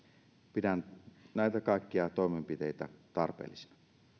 pidän näitä kaikkia toimenpiteitä tarpeellisina